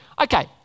Okay